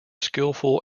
skillful